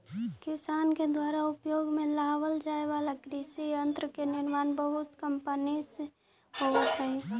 किसान के दुयारा उपयोग में लावल जाए वाला कृषि यन्त्र के निर्माण बहुत से कम्पनिय से होइत हई